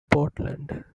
portland